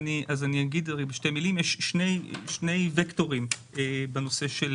אגיד בשתי מילים: יש שני ווקטורים בנושא של